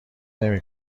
نمی